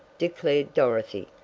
declared dorothy.